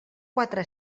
quatre